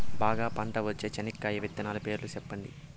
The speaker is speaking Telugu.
బాగా పంట వచ్చే చెనక్కాయ విత్తనాలు పేర్లు సెప్పండి?